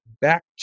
back